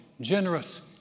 generous